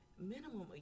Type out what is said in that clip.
minimum